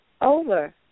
over